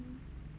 mm mm